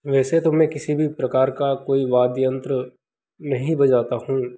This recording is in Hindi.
वैसे तोमैं किसी भी प्रकार का कोई वाद्य यंत्र नहीं बजाता हूँ